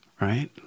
right